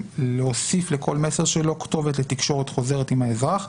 להוסיף לכל מסר שלו כתובת לתקשורת חוזרת עם האזרח,